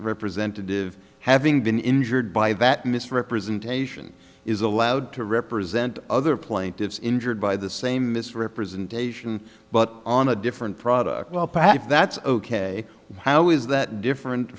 representative having been injured by that misrepresentation is allowed to represent other plaintiffs injured by the same misrepresentation but on a different product well perhaps that's ok how is that different